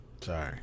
Sorry